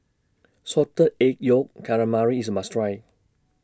Salted Egg Yolk Calamari IS A must Try